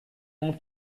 moved